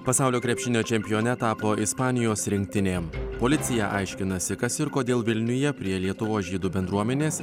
pasaulio krepšinio čempione tapo ispanijos rinktinė policija aiškinasi kas ir kodėl vilniuje prie lietuvos žydų bendruomenės